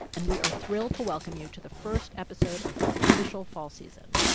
and we are thrilled to welcome you to the first episode of our official fall season.